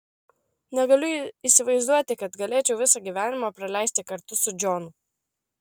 negaliu įsivaizduoti kad galėčiau visą gyvenimą praleisti kartu su džonu